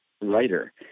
writer